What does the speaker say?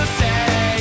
say